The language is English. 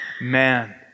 man